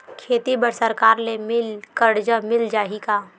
खेती बर सरकार ले मिल कर्जा मिल जाहि का?